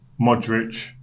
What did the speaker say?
Modric